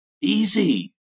Easy